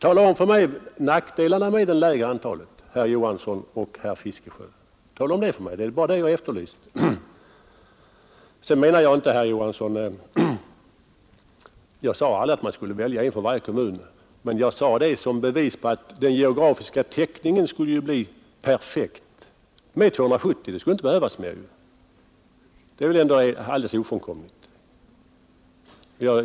Tala om för mig vad det är för nackdelar med det lägre antalet, herr Johansson i Trollhättan och herr Fiskesjö! Det är bara det jag efterlyser. Sedan sade jag inte, herr Johansson, att vi skulle välja en ledamot från varje kommun; jag sade att den geografiska täckningen skulle bli perfekt med 270 ledamöter. Det skulle inte behövas fler. Det är alldeles ofrånkomligt.